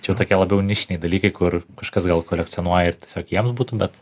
čia tokie labiau nišiniai dalykai kur kažkas gal kolekcionuoja ir tiesiog jiems būtų bet